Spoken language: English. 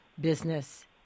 business